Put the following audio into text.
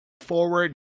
forward